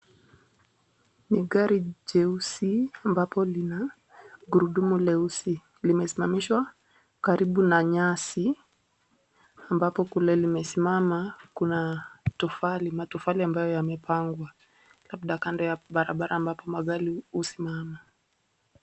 Ni gari jeusi ambapo lina gurudumu jeusi, limesimamishwa karibu na nyasi ambapo kuna tofali ambalo limesimama na matofali ambayo yamepangwa kando ya barabara ili mahali magari husimama.